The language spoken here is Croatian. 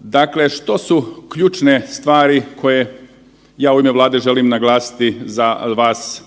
Dakle, što su ključne stvari koje ja u ime Vlade želim naglasiti za vas